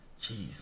jesus